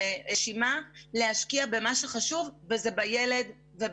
למה צריך לפצל את זה לדו ראשי?